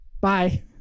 Bye